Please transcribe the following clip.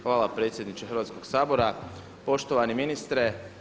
Hvala predsjedniče Hrvatskog sabora, poštovani ministre.